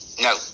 No